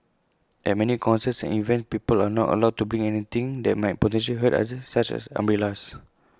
at many concerts and events people are not allowed to bring anything that might potential hurt others such as umbrellas